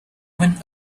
even